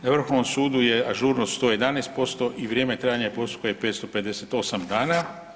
Na Vrhovnom sudu je ažurnost 111% i vrijeme trajanja postupka je 558 dana.